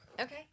Okay